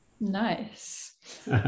Nice